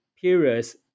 periods